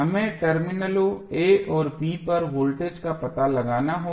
हमें टर्मिनलों a और b पर वोल्टेज का पता लगाना होगा